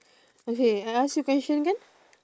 okay I ask you question can